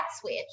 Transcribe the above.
switch